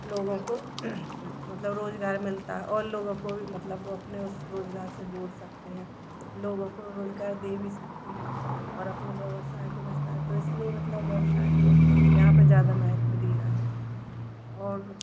लोगों को मतलब रोजगार मिलता है और लोगों को मतलब अपने उस रोजगार से जोड़ सकते हैं लोगों को रोजगार दे भी सकते हैं और अपने व्यवसाय को तो इसलिए मतलब व्यवसाय को यहाँ ज़्यादा महत्व दिया है और